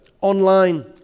online